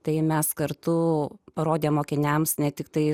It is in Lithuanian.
tai mes kartu parodė mokiniams ne tiktai